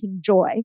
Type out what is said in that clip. joy